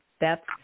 thats